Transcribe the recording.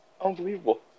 unbelievable